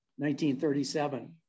1937